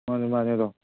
ꯃꯥꯅꯦ ꯃꯥꯅꯦ ꯑꯗꯣ